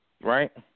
Right